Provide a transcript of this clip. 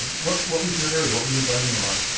what what was your area? what were you advising them on?